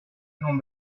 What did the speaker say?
non